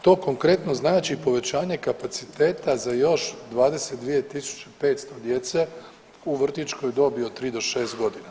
To konkretno znači povećanje kapaciteta za još 22500 djece u vrtićkoj dobi od 3 do 6 godina.